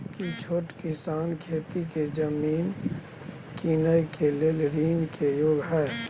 की छोट किसान खेती के जमीन कीनय के लेल ऋण के योग्य हय?